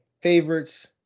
favorites